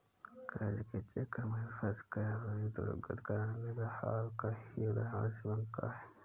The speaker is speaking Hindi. कर्ज के चक्र में फंसकर अपनी दुर्गति कराने का हाल का ही उदाहरण श्रीलंका है